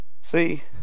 See